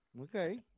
Okay